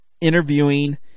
interviewing